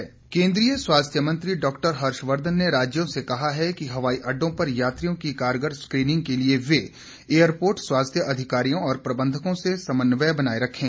सलाह केन्द्रीय स्वास्थ्य मंत्री डॉक्टर हर्षवर्धन ने राज्यों से कहा है कि हवाई अड्डों पर यात्रियों की कारगर स्क्रीनिंग के लिए वे एयरपोर्ट स्वास्थ्य अधिकारियों और प्रबंधकों से समन्वय बनाये रखें